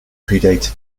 predated